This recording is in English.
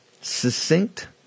succinct